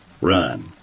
run